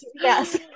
Yes